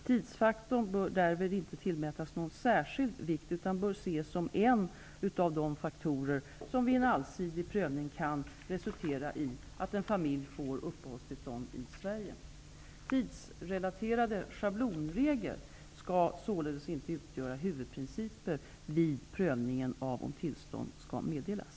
Tidsfaktorn bör därvid inte tillmätas någon särskild vikt utan bör ses som en av de faktorer som vid en allsidig prövning kan resultera i att en familj får uppehållstillstånd i Sverige. Tidsrelaterade schablonregler skall således inte utgöra huvudprinciper vid prövningen av om tillstånd skall meddelas.